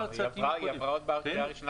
היא עברה בקריאה הראשונה